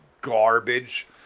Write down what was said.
garbage